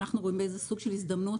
אנחנו רואים בזה סוג של הזדמנות.